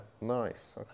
Nice